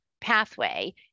pathway